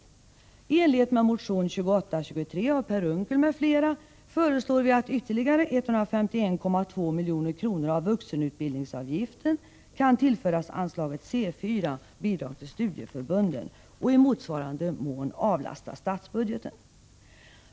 I enlighet med motion 2823 av Per Unckel m.fl. föreslår vi att ytterligare 151,2 milj.kr. av vuxenutbildningsavgiften kan tillföras anslaget C 4, Bidrag till studieförbunden, och i motsvarande mån avlasta statsbudgeten.